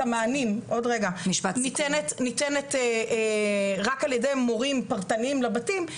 המענים ניתנת רק על ידי מורים פרטניים לבתים,